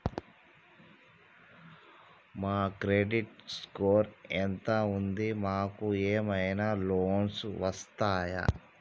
మా credit score ఎంత ఉంది? మాకు ఏమైనా లోన్స్ వస్తయా?